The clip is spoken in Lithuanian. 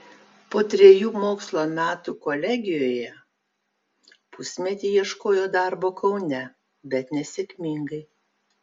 po trejų mokslo metų kolegijoje pusmetį ieškojo darbo kaune bet nesėkmingai